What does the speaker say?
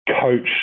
coach